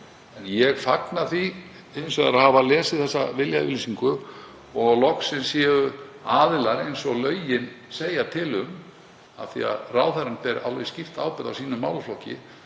En ég fagna því hins vegar að hafa lesið þessa viljayfirlýsingu og að loksins séu aðilar — eins og lögin segja til um, af því að ráðherrann ber alveg skýrt ábyrgð á sínum málaflokki